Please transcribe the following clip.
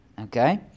Okay